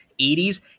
80s